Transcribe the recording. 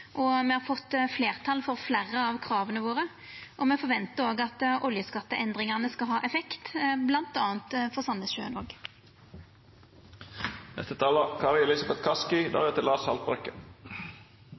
Me har fått fleirtal for fleire av krava våre, og me forventar at oljeskatteendringane skal ha effekt, bl.a. for